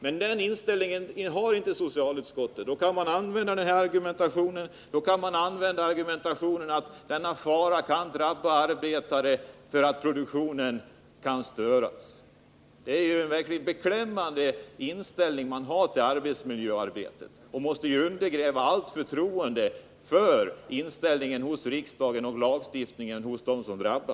Men den inställningen har inte socialutskottet. I stället resonerar man som så att denna fara kan få drabba arbetare. för i annat fall kan produktionen störas. Detta är verkligen en beklämmande inställning till arbetsmiljöarbetet, och den måste hos dem som drabbas undergräva förtroendet för riksdagen och lagstiftarna.